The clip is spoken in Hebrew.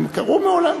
הם קרו מעולם.